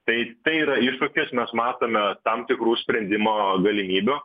tai tai yra iššūkis mes matome tam tikrų sprendimo galimybių